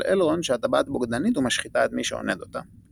אלרונד שהטבעת בוגדנית ומשחיתה את מי שעונד אותה.